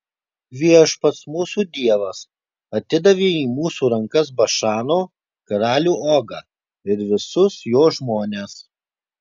viešpats mūsų dievas atidavė į mūsų rankas bašano karalių ogą ir visus jo žmones